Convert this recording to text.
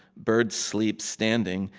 birds sleep standing.